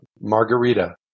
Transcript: Margarita